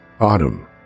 Autumn